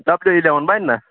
W eleven بنہِ نا